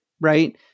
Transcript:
right